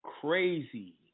crazy